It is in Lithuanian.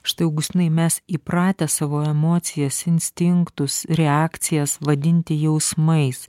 štai augustinai mes įpratę savo emocijas instinktus reakcijas vadinti jausmais